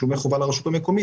הסעיף הזה,